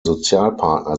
sozialpartner